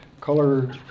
color